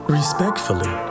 respectfully